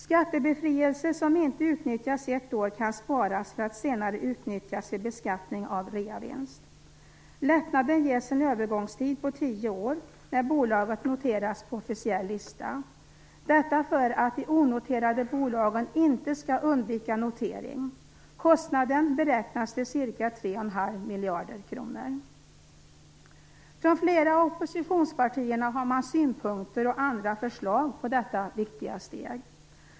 Skattebefrielse som inte utnyttjas ett år kan sparas för att senare utnyttjas vid beskattning av reavinst. Lättnaden ges en övergångstid på tio år när bolaget noterats på officiell lista - detta för att de onoterade bolagen inte skall undvika notering. Kostnaden beräknas till ca 3,5 miljarder kronor. Från flera av oppositionspartierna har man synpunkter och andra förslag på detta viktiga steg.